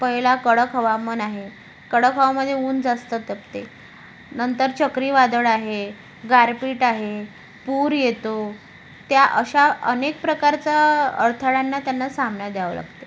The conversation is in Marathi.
पहिलं कडक हवामान आहे कडक हवामध्ये ऊन जास्त तापते नंतर चक्रीवादळ आहे गारपीट आहे पूर येतो त्या अशा अनेक प्रकारचा अडथळ्यांना त्यांना सामना द्यावा लागतो